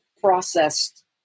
processed